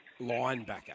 Linebacker